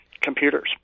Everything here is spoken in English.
computers